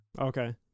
Okay